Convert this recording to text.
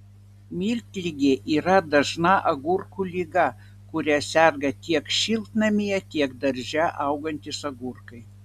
miltligė yra dažna agurkų liga kuria serga tiek šiltnamyje tiek darže augantys agurkai